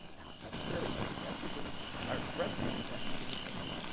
now, that's serious, because estrogen is, or, breast cancer estrogen-dependent.